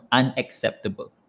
unacceptable